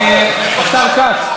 נמצאות אם יש לו איזה רקע.